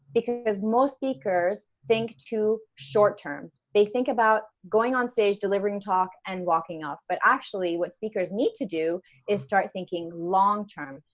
because because most speakers think to short term. they think about going onstage, delivering their talk and walking off, but actually what speakers need to do is start thinking long term,